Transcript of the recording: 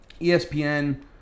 ESPN